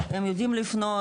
הם יודעים לפנות,